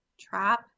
trap